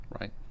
Right